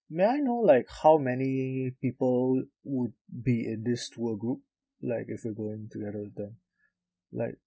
may I know like how many people would be in this tour group like if we're going together with them